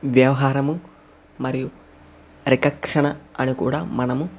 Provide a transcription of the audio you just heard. వ్యవహారము మరియు రికక్షణ అని కూడా మనము